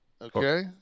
Okay